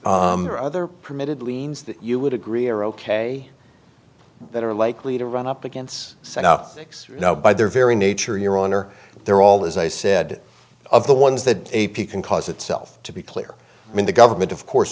other permitted liens that you would agree are ok that are likely to run up against you know by their very nature your honor they're all as i said of the ones that can cause itself to be clear i mean the government of course